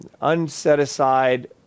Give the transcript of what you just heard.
unset-aside